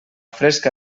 fresca